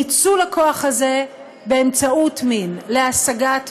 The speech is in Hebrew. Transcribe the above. ניצול הכוח הזה באמצעות מין, להשגת מין,